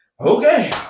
Okay